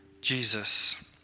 Jesus